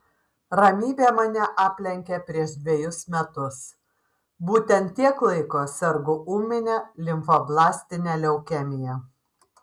ramybė mane aplenkė prieš dvejus metus būtent tiek laiko sergu ūmine limfoblastine leukemija